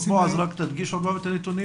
בועז, רק תדגיש עוד פעם את הנתונים.